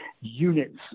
units